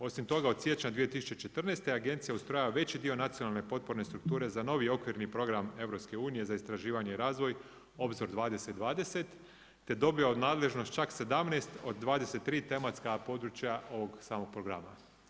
Osim toga od siječnja 2014. agencija ustrojava veći dio nacionalne potporne strukture za novi okvirni program EU za istraživanje i razvoj Obzor 2020 te dobiva u nadležnost čak 17 od 23 tematska područja ovog samo programa.